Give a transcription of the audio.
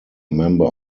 member